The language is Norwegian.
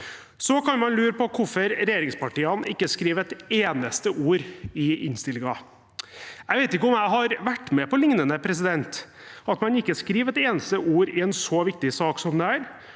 Så kan man lure på hvorfor regjeringspartiene ikke skriver et eneste ord i innstillingen. Jeg vet ikke om jeg har vært med på noe lignende, at man ikke skriver et eneste ord i en så viktig sak som dette,